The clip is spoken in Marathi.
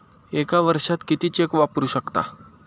एका वर्षात किती चेक वापरू शकता?